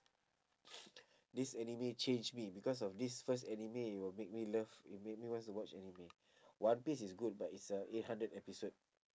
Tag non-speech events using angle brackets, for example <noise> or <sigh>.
<noise> this anime changed me because of this first anime it will make me love it made me want to watch anime one piece is good but it's uh eight hundred episode